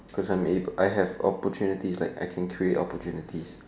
cause I'm able I have opportunities like I can create opportunities